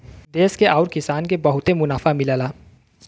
देस के आउर किसान के बहुते मुनाफा मिलला